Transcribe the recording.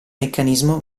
meccanismo